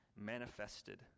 manifested